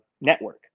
network